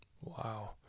Wow